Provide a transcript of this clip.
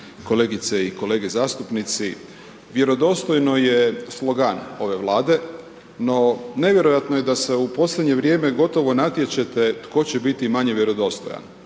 kolegice i kolege zastupnici, vjerodostojno je slogan ove Vlade, no nevjerojatno je da se u posljednje vrijeme gotovo natječete tko će biti manje vjerodostojan.